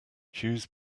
choose